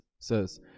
says